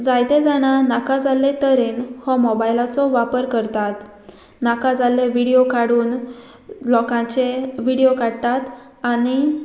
जायते जाणां नाका जाल्ले तरेन हो मोबायलाचो वापर करतात नाका जाल्ले विडियो काडून लोकांचे विडियो काडटात आनी